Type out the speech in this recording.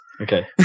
Okay